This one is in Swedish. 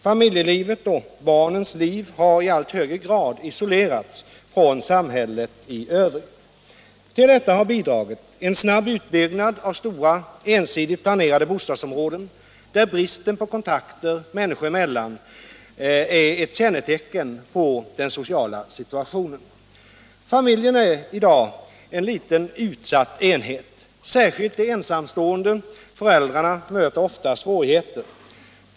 Familjelivet och barnens liv har i allt högre grad isolerats från samhället i övrigt. Till detta har bidragit en snabb utbyggnad av stora, ensidigt planerade bostadsområden, där bristen på kontakter människor emellan är ett kännetecken på den sociala situationen. Familjen är i dag en liten och utsatt enhet. Särskilt de ensamstående föräldrarna möter ofta svårigheter.